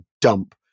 dump